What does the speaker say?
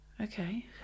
okay